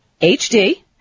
HD